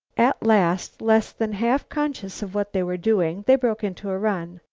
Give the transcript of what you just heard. at last, less than half-conscious of what they were doing, they broke into a run.